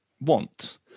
want